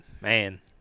man